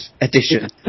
edition